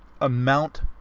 amount